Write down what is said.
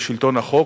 בשלטון החוק,